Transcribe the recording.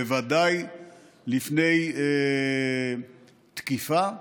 בוודאי לפני תקיפה.